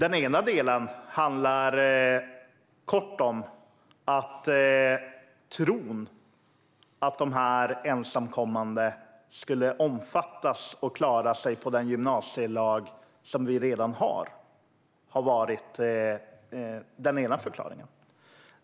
En del handlar kort om att man trodde att de ensamkommande skulle omfattas och klara sig på den gymnasielag vi redan har. Det är en del av förklaringen.